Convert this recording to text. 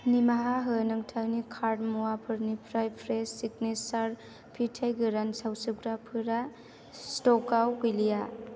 निमाहा हो नोंथांनि कार्ट मुवाफोरनिफ्राय फ्रेस सिगनेसार फिथाइ गोरान सावसोबग्राफोरा स्ट'कआव गैलिया